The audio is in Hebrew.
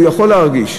הוא יכול להרגיש.